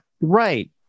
Right